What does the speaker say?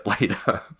later